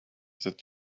that